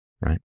right